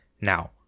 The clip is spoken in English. Now